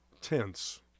tense